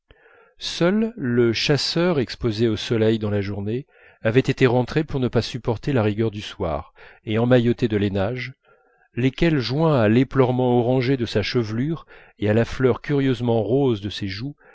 seul le chasseur exposé au soleil dans la journée avait été rentré pour ne pas supporter la rigueur du soir et emmailloté de lainages lesquels joints à l'éplorement orangé de sa chevelure et à la fleur curieusement rose de ses joues